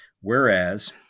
Whereas